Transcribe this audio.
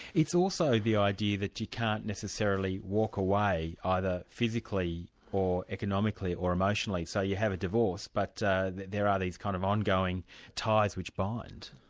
it's also the idea that you can't necessarily walk away, either physically or economically or emotionally, so you have a divorce, but there are these kind of ongoing ties which bind.